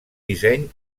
disseny